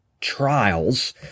trials